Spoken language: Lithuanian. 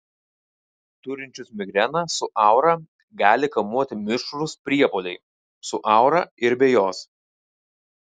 turinčius migreną su aura gali kamuoti mišrūs priepuoliai su aura ir be jos